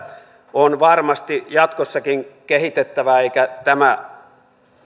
on varmasti jatkossakin kehitettävää eikä tämä